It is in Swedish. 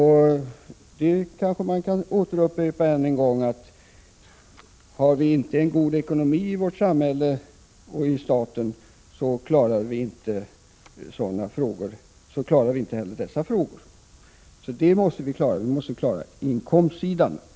Har staten — jag upprepar det — inte en god ekonomi klarar vi inte heller att leva upp till den ambitionen. Vi måste alltså klara även problemen på inkomstsidan.